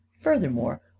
Furthermore